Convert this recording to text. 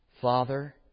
Father